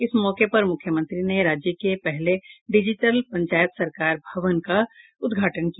इस मौके पर मुख्यमंत्री ने राज्य के पहले डीजिटल पंचायत सरकार भवन का उद्घाटन भी किया